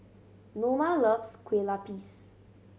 Noma loves Kueh Lapis